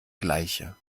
gleiche